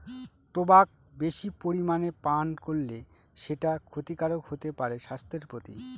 tobacco বেশি পরিমানে পান করলে সেটা ক্ষতিকারক হতে পারে স্বাস্থ্যের প্রতি